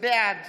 בעד